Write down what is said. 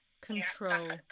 control